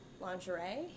lingerie